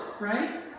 right